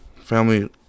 family